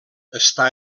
està